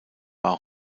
war